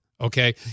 okay